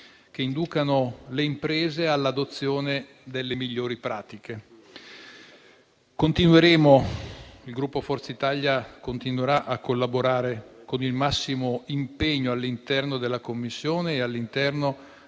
che inducano le imprese all'adozione delle migliori pratiche. Il Gruppo Forza Italia continuerà a collaborare con il massimo impegno all'interno della Commissione e all'interno